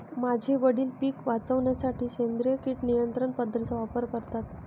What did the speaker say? माझे वडील पिक वाचवण्यासाठी सेंद्रिय किड नियंत्रण पद्धतीचा वापर करतात